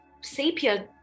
sepia